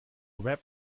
rap